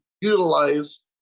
utilize